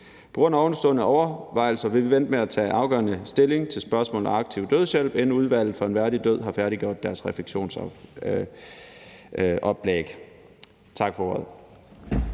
På grund af de ovenstående overvejelser vil vi vente med at tage afgørende stilling til spørgsmålet om aktiv dødshjælp, indtil Udvalget for en værdig død har færdiggjort deres refleksionsoplæg. Tak for ordet.